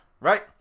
right